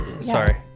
Sorry